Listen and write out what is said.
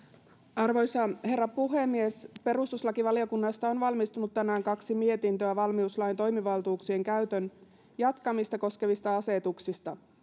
arvoisa herra puhemies perustuslakivaliokunnasta on valmistunut tänään kaksi mietintöä valmiuslain toimivaltuuksien käytön jatkamista koskevista asetuksista